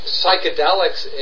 psychedelics